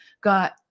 got